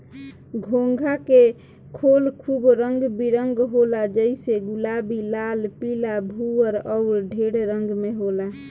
घोंघा के खोल खूब रंग बिरंग होला जइसे गुलाबी, लाल, पीला, भूअर अउर ढेर रंग में होला